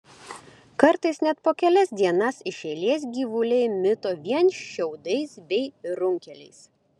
kartais net po kelias dienas iš eilės gyvuliai mito vien šiaudais bei runkeliais